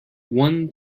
one